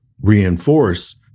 reinforce